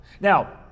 Now